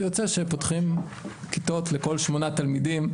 ויוצא שפותחים כיתות לכל שמונה תלמידים,